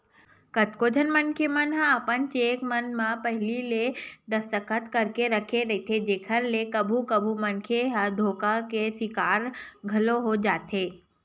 कतको झन मनखे मन ह अपन चेक मन म पहिली ले दस्खत करके राखे रहिथे जेखर ले कभू कभू मनखे ह धोखा के सिकार घलोक हो जाथे